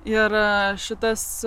ir šitas